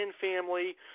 family